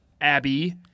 Abby